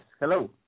Hello